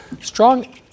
Strong